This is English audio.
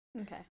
Okay